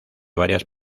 varias